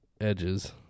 edges